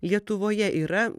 lietuvoje yra